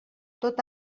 tot